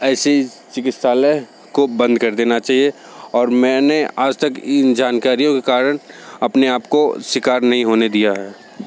ऐसी चिकित्सालय को बंद कर देना चाहिए और मैंने आज तक इन जानकारियों के कारण अपने आप को शिकार नहीं होने दिया है